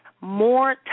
more